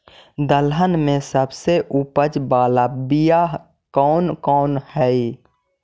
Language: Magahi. दलहन में सबसे उपज बाला बियाह कौन कौन हइ?